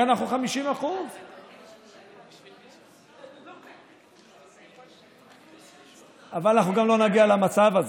הרי אנחנו 50%. אבל אנחנו גם לא נגיע למצב הזה.